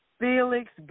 Felix